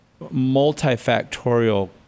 multifactorial